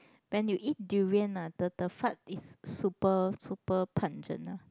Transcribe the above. when you eat durian ah the the fart is super super pungent ah